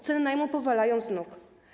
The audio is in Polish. Ceny najmu powalają z nóg.